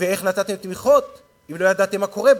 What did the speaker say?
ואיך נתתם תמיכות אם לא ידעתם מה קורה בו?